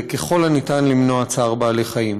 וככל הניתן למנוע צער בעלי-חיים.